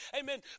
amen